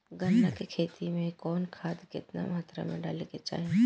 गन्ना के खेती में कवन खाद केतना मात्रा में डाले के चाही?